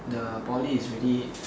the poly is really